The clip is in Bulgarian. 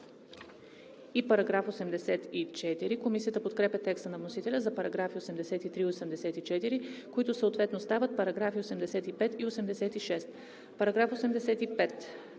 в § 72. Комисията подкрепя текста на вносителя за параграфи 83 и 84, които съответно стават параграфи 85 и 86.